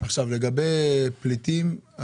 עכשיו לגבי פליטים,